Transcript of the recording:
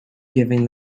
giving